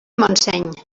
montseny